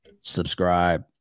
subscribe